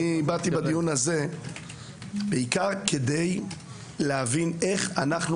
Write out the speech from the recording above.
אני באתי לדיון הזה בעיקר כדי להבין איך אנחנו